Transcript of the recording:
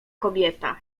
kobieta